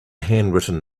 handwritten